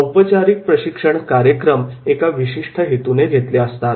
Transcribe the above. औपचारिक प्रशिक्षण कार्यक्रम एका विशिष्ट हेतूने घेतले जातात